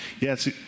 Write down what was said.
Yes